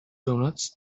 doughnuts